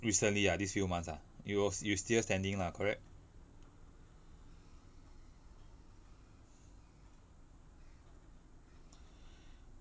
recently ah these few months ah you you still sending lah correct